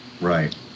Right